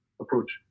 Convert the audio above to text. approach